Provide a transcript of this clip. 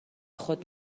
خود